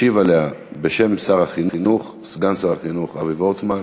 ישיב עליה בשם שר החינוך סגן שר החינוך אבי וורצמן.